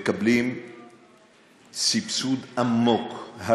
מקבלים סבסוד עמוק,